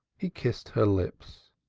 he kissed her lips.